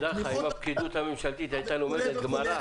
הפקידות הממשלתית הייתה לומדת גמרא,